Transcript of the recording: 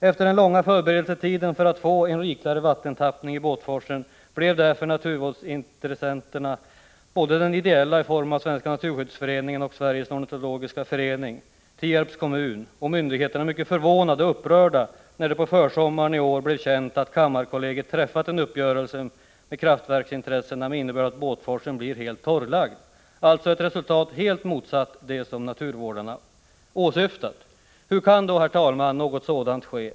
Efter den långa förberedelsetiden för att få en rikligare vattentappning i Båtforsen blev därför naturvårdsintressenterna — både de ideella i form av Svenska naturskyddsföreningen och Sveriges ornitologiska förening, Tierps kommun och myndigheterna — mycket förvånade och upprörda när det på försommaren i år blev känt att kammarkollegiet träffat en uppgörelse med kraftverksintressena med innebörd att Båtforsen blir helt torrlagd! Alltså ett resultat helt motsatt det som naturvårdarna åsyftat! Hur kan då, herr talman, något sådant ske?